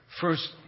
first